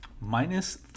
Minus